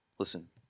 Listen